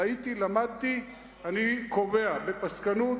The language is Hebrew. ראיתי, למדתי, אני קובע בפסקנות